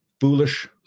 foolish